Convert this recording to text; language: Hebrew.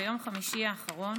ביום חמישי האחרון